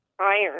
iron